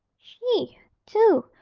she, too,